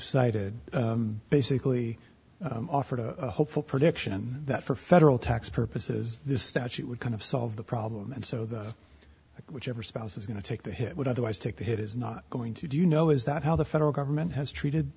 cited basically offered a hopeful prediction that for federal tax purposes this statute would kind of solve the problem and so that whichever spouse is going to take the hit would otherwise take the hit is not going to do you know is that how the federal government has treated